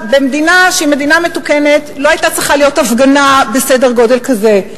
במדינה שהיא מדינה מתוקנת לא היתה צריכה להיות הפגנה בסדר גודל כזה,